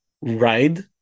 ride